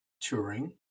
touring